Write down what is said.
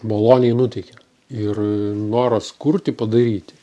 maloniai nuteikia ir noras kurti padaryti